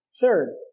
Third